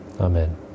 Amen